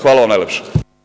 Hvala vam najlepše.